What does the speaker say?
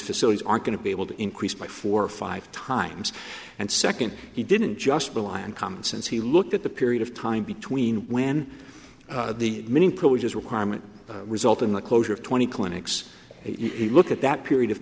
facilities are going to be able to increase by four or five times and second he didn't just rely on common sense he looked at the period of time between when the meeting procedures requirement result in the closure of twenty clinics you look at that period of